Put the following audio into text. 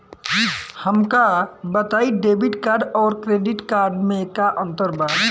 हमका बताई debit card और क्रेडिट कार्ड में का अंतर बा?